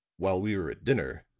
while we were at dinner,